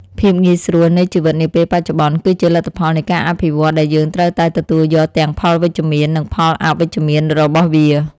ភាពងាយស្រួលនៃជីវិតនាពេលបច្ចុប្បន្ន គឺជាលទ្ធផលនៃការអភិវឌ្ឍដែលយើងត្រូវតែទទួលយកទាំងផលវិជ្ជមាននិងផលអវិជ្ជមានរបស់វា។